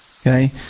Okay